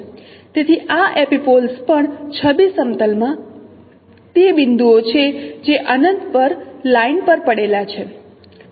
તેથી આ એપિપોલ્સ પણ છબી સમતલ માં તે બિંદુઓ છે જે અનંત પર લાઇન પર પડેલા છે